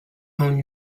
own